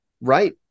right